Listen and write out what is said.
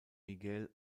miguel